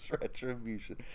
Retribution